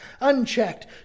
unchecked